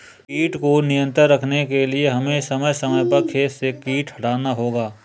कीट को नियंत्रण रखने के लिए हमें समय समय पर खेत से कीट हटाना होगा